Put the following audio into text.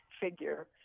figure